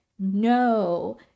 No